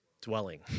dwelling